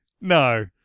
No